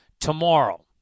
tomorrow